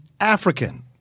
African